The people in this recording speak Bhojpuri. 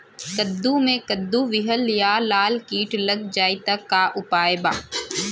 कद्दू मे कद्दू विहल या लाल कीट लग जाइ त का उपाय बा?